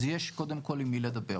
אז יש קודם כל עם מי לדבר.